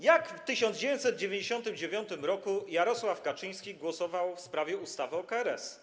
Jak w 1999 r. Jarosław Kaczyński głosował w sprawie ustawy o KRS?